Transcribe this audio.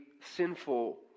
sinful